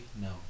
No